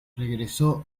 regresó